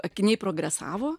akiniai progresavo